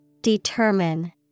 Determine